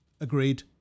Agreed